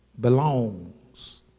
belongs